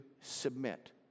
submit